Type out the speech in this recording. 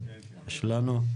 יש לנו?